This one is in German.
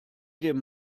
dem